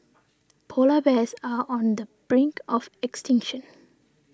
Polar Bears are on the brink of extinction